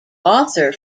author